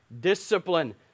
discipline